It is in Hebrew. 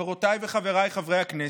חברותיי וחבריי חברי הכנסת?